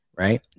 Right